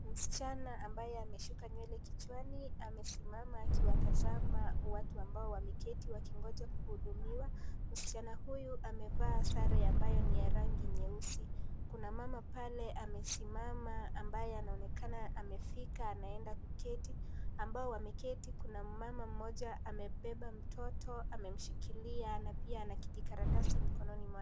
Msichana ambaye ameshika nywele kichwani amesimama akiwatazama watu ambao wameketi wakingoja kuhudumiwa. Msichana huyu amevaa sare ambayo ni ya rangi nyeusi. Kuna mama pale amesimama ambaye anaonekana amefika, ameenda kuketi. Ambao wameketi, kuna mama mmoja amebeba mtoto, amemshikilia na pia ana kijikaratasi mkononi mwake.